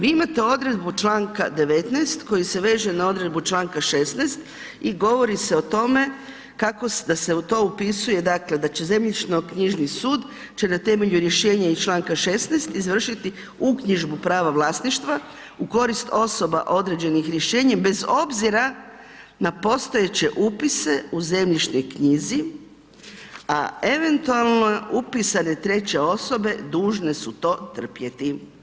Vi imate odredbu Članka 19. koji se veže na odredbu Članka 16. i govori se o tome kako da se to upisuje, dakle da će zemljišno-knjižni sud će na temelju rješenja iz Članka 16. izvršiti uknjižbu prava vlasništva u korist osoba određenih rješenjem bez obzira na postojeće upise u zemljišnoj knjizi, a eventualno upisane treće osobe dužne su to trpjeti.